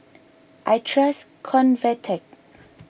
I trust Convatec